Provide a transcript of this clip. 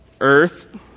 earth